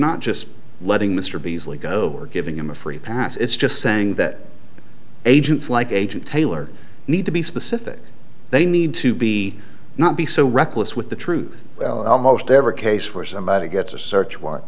not just letting mr beasley go or giving him a free pass it's just saying that agents like agent taylor need to be specific they need to be not be so reckless with the truth almost every case where somebody gets a search warrant